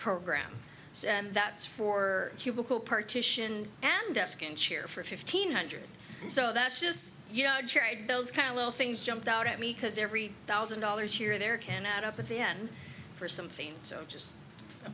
program that's for cubicle partition and desk and chair for fifteen hundred so that's just you know jerry those kind of little things jumped out at me because every thousand dollars here or there can add up at the end for something so just a